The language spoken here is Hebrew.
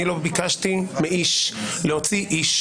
אני לא ביקשתי מאיש להוציא איש.